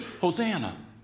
Hosanna